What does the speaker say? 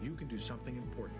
you can do something important